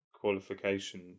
qualification